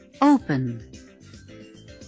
open